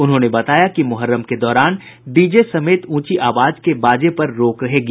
उन्होंने बताया कि मुहर्रम के दौरान डीजे समेत ऊंची आवाज के बाजे पर रोक रहेगी